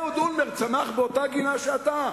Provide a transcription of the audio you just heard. אהוד אולמרט צמח באותה גינה שאתה,